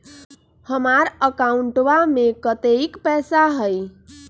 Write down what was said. हमार अकाउंटवा में कतेइक पैसा हई?